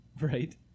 Right